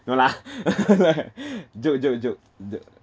no lah what joke joke joke